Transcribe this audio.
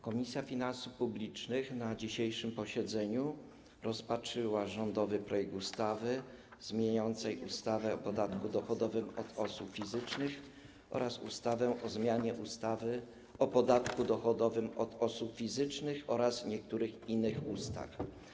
Komisja Finansów Publicznych na dzisiejszym posiedzeniu rozpatrzyła rządowy projekt ustawy zmieniającej ustawę o podatku dochodowym od osób fizycznych oraz ustawę o zmianie ustawy o podatku dochodowym od osób fizycznych oraz niektórych innych ustaw.